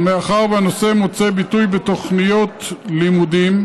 ומאחר שהנושא מוצא ביטוי בתוכניות הלימודים,